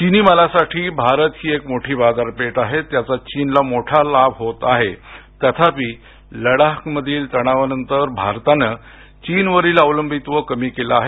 चिनी मालासाठी भारत ही एक मोठी बाजार पेठ आहे त्याचा चीनला मोठा लाभ होत आहे तथापि लडाख मधील तणावा नंतर भारतान चीन वरील अवलंबित्व कमी केलं आहे